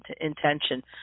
intention